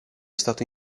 stato